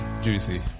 juicy